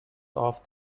off